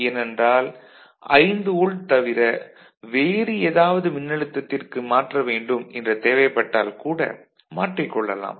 ஏனென்றால் 5 வோல்ட் தவிர வேறு ஏதாவது மின்னழுத்தத்திற்கு மாற்ற வேண்டும் என்று தேவைப்பட்டால் கூட மாற்றிக் கொள்ளலாம்